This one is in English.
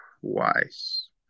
twice